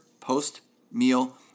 post-meal